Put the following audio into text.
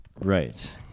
Right